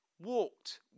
walked